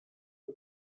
the